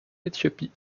éthiopie